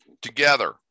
together